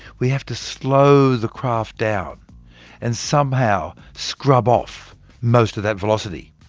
we have to slow the craft down and somehow scrub off most of that velocity.